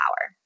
power